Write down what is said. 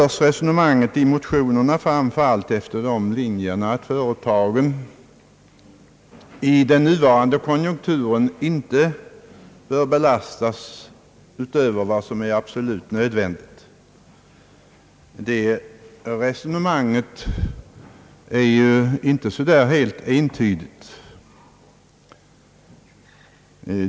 Resonemanget i motionerna föres framför allt efter de linjerna att företagen i nuvarande konjunkturläge inte bör belastas utöver vad som är absolut nödvändigt. Det resonemanget är ju inte helt entydigt.